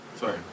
Sorry